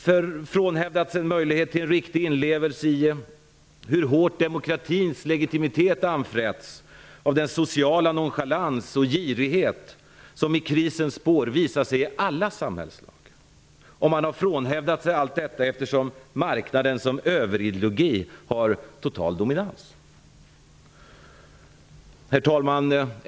Har den frånhänt sig möjligheten till en riktig inlevelse i hur hårt demokratins legitimitet anfräts av den sociala nonchalans och girighet som, i krisens spår, visar sig i alla samhällslager? Har man frånhänt sig allt detta eftersom marknaden sin överideologi har total dominans? Herr talman!